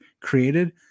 created